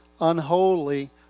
unholy